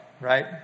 right